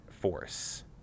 force